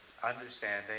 Understanding